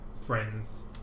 friends